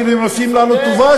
כאילו הם עושים לנו טובה,